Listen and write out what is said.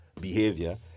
behavior